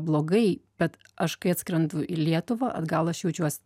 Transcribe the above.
blogai bet aš kai atskrendu į lietuvą atgal aš jaučiuos